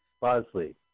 Bosley